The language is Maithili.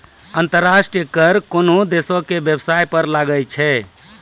अंतर्राष्ट्रीय कर कोनोह देसो के बेबसाय पर लागै छै